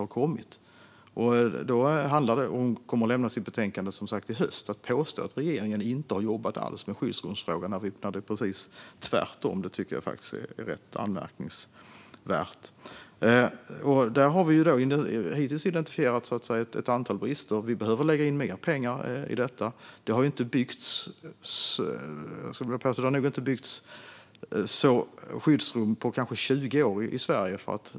Hon kommer som sagt att lämna sitt betänkande i höst. Att påstå att regeringen inte har jobbat alls med skyddsrumsfrågan när det är precis tvärtom tycker jag faktiskt är rätt anmärkningsvärt. Vi har hittills identifierat ett antal brister. Vi behöver lägga in mer pengar i detta. Det har inte byggts skyddsrum i Sverige på kanske 20 år.